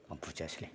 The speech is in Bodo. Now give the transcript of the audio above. आं बुजियासैलै